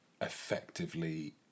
effectively